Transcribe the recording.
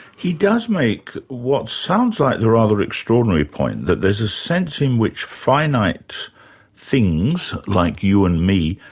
he does make what sounds like the rather extraordinary point, that there's a sense in which finite things, like you and me,